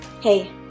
Hey